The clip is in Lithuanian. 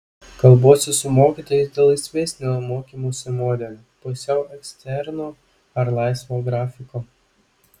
kalbuosi su mokytojais dėl laisvesnio mokymosi modelio pusiau eksterno ar laisvo grafiko